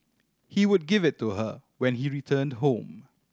he would give it to her when he returned home